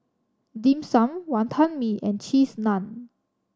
Dim Sum Wonton Mee and Cheese Naan